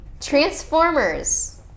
Transformers